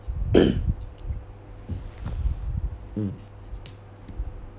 mm